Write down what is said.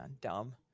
Dumb